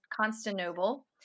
Constantinople